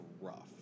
rough